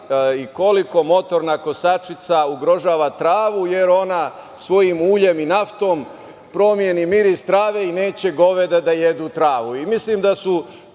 i koliko motorna kosačica ugrožava travu, jer ona svojim uljem i naftom promeni miris trave i neće goveda da jedu travu.